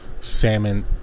salmon